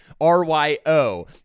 R-Y-O